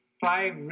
five